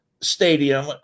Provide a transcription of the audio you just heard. stadium